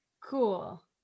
Cool